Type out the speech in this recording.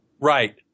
Right